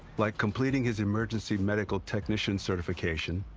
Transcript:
like completing his emergency medical technician certification